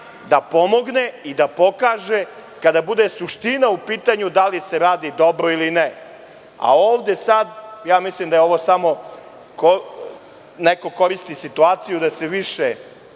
da pomogne i da pokaže kada bude suština u pitanju - da li se radi dobro ili ne. Sada mislim da ovo samo neko koristi situaciju da se više